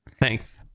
Thanks